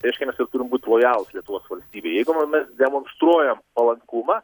reiškia mes ir turim būt lojalūs lietuvos valstybei jeigu mu mes demonstruojam palankumą